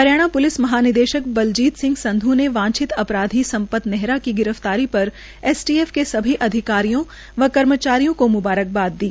Haryana police महानिदेशक बलजीत सिंह संध् ने वांछित अपराधी सम्पत नेहरा की गिरफ्तारी पर एस टी एफ के सभी अधिकारियों को मुंबारक दी